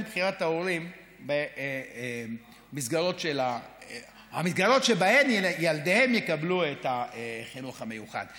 בחירת ההורים במסגרות שבהן ילדיהם יקבלו את החינוך המיוחד.